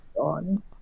On